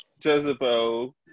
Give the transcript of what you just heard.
Jezebel